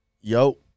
Yo